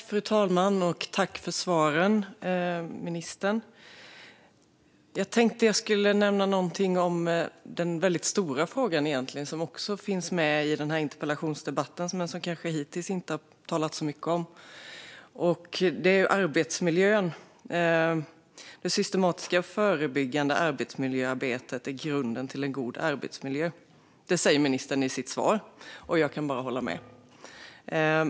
Fru talman! Tack för svaren, ministern! Jag tänkte att jag skulle nämna något om den egentligen väldigt stora fråga som finns med i denna interpellationsdebatt men som det kanske hittills inte har talats så mycket om. Det är arbetsmiljön. Det systematiska och förebyggande arbetsmiljöarbetet är grunden till en god arbetsmiljö, säger ministern i sitt svar. Jag kan bara hålla med.